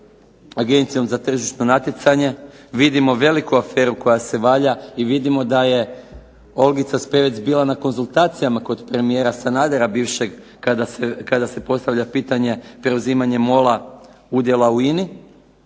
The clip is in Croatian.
Agencijom za tržišno natjecanje, vidimo veliku aferu koja se valja i vidimo da je Olgica Spevec bila na konzultacijama kod premijera Sanadera bivšeg, kada se postavlja pitanje preuzimanje MOL-a udjela i INA-i.